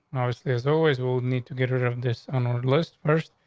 there's always we'll need to get out of this on ah list first,